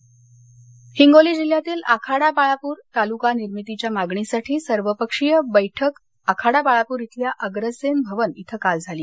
बैठक हिंगोली हिंगोली जिल्ह्यातील आखाडा बाळापूर तालुका निर्मितीच्या मागणीसाठी सर्वपक्षीय बैठक आखाडा बाळापूर इथल्या अग्रसेन भवन इथं काल झाली